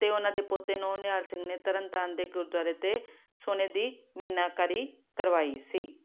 ਅਤੇ ਉਹਨਾਂ ਦੇ ਪੋਤੇ ਨੌਨਿਹਾਲ ਸਿੰਘ ਨੇ ਤਰਨ ਤਾਰਨ ਦੇ ਗੁਰਦੁਆਰੇ 'ਤੇ ਸੋਨੇ ਦੀ ਮੀਨਾਕਾਰੀ ਕਰਵਾਈ ਸੀ